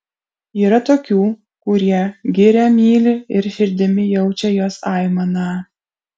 yra tokių kurie girią myli ir širdimi jaučia jos aimaną